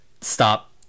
stop